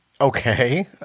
Okay